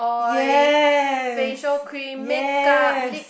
yes yes